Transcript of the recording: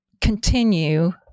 continue